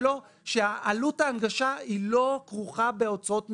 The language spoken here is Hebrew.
שעלות ההנגשה היא לא כרוכה בהוצאות מבניות,